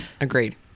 Agreed